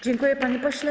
Dziękuję, panie pośle.